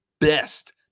best